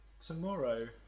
tomorrow